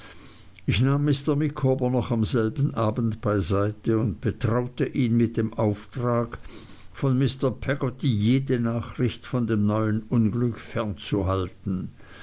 ich nahm mr micawber noch am selben abend beiseite und betraute ihn mit dem auftrag von mr peggotty jede nachricht von dem neuen unglück